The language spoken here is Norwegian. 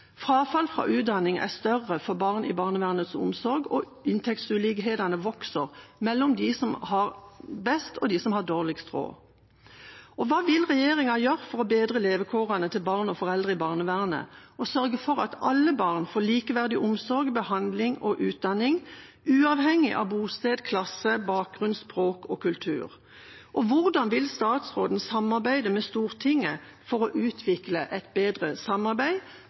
barnevernets omsorg, og inntektsulikhetene vokser mellom dem som har best, og dem som har dårligst råd. Hva vil regjeringa gjøre for å bedre levekårene til barn og foreldre i barnevernet og sørge for at alle barn får likeverdig omsorg, behandling og utdanning, uavhengig av bosted, klasse, bakgrunn, språk og kultur? Og hvordan vil statsråden samarbeide med Stortinget for å utvikle et bedre samarbeid,